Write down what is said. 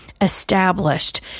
established